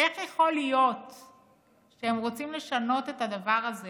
איך יכול להיות שהם רוצים לשנות את הדבר הזה